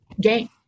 game